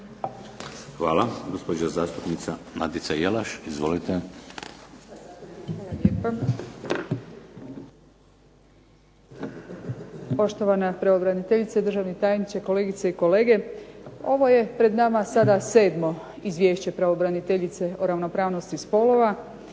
**Jelaš, Nadica (SDP)** Hvala lijepa. Poštovana pravobraniteljice, državni tajniče, kolegice i kolege. Ovo je pred nama sada 7. izvješće Pravobraniteljice o ravnopravnosti spolova,